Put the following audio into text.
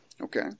Okay